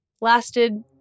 lasted